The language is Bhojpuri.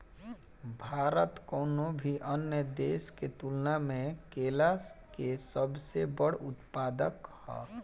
भारत कउनों भी अन्य देश के तुलना में केला के सबसे बड़ उत्पादक ह